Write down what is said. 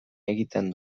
egiten